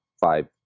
five